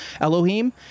Elohim